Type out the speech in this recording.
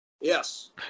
Yes